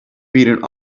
beating